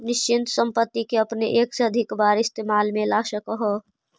निश्चित संपत्ति के अपने एक से अधिक बार इस्तेमाल में ला सकऽ हऽ